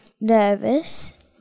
nervous